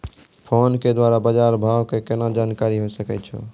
Phone के द्वारा बाज़ार भाव के केना जानकारी होय सकै छौ?